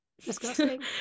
Disgusting